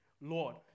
Lord